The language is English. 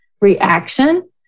reaction